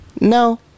No